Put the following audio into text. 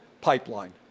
pipeline